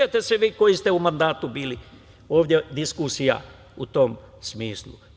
Sećate se, vi koji ste u mandatu bili, ovde diskusija u tom smislu.